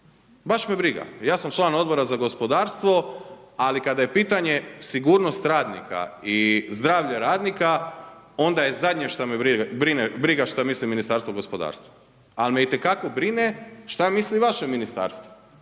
Baš me briga. Ja sam član Odbora za gospodarstvo, ali kada je pitanje sigurnost radnika i zdravlje radnika, onda je zadnje što me briga što misli Ministarstvo gospodarstva. Ali me itekako brine što misli vaše ministarstvo,